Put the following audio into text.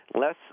less